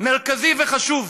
מרכזי וחשוב.